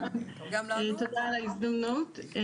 כן, תודה על ההזדמנות.